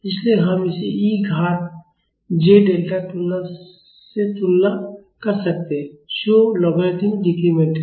इसलिए हम इसे e घाट j डेल्टा से तुलना कर सकते हैं जो लॉगरिदमिक डिक्रीमेंट है